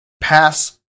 pass